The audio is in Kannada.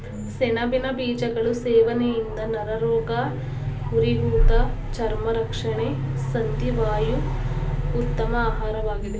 ಸೆಣಬಿನ ಬೀಜಗಳು ಸೇವನೆಯಿಂದ ನರರೋಗ, ಉರಿಊತ ಚರ್ಮ ರಕ್ಷಣೆ ಸಂಧಿ ವಾಯು ಉತ್ತಮ ಆಹಾರವಾಗಿದೆ